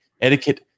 etiquette